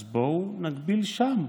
אז בואו נגביל שם.